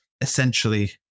essentially